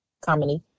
Comedy